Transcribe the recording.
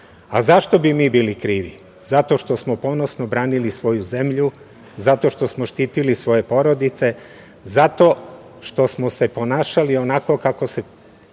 A zašto bi mi bili krivi? Zato što smo ponosno branili svoju zemlju, zato što smo štitili svoje porodice, zato što smo se ponašali onako kako se